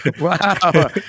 Wow